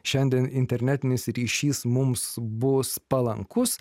šiandien internetinis ryšys mums bus palankus